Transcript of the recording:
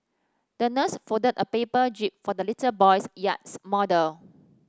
the nurse folded a paper jib for the little boy's yachts model